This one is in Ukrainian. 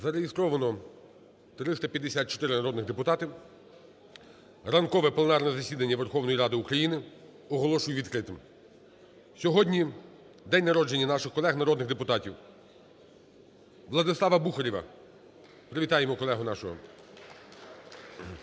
Зареєстровано 354 народних депутати. Ранкове пленарне засідання Верховної Ради України оголошую відкритим. Сьогодні день народження наших колег народних депутатів. ВладиславаБухарєва. Привітаємо колегу нашого.